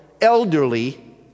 elderly